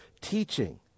teaching